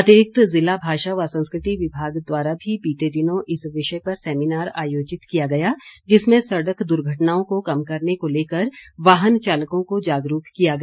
अतिरिक्त ज़िला भाषा व संस्कृति विमाग द्वारा भी बीते दिनों इस विषय पर सेमिनार आयोजित किया गया जिसमें सड़क दुर्घटनाओं को कम करने को लेकर वाहन चालकों को जागरूक किया गया